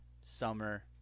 summer